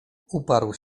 uparł